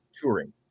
touring